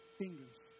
fingers